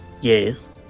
Yes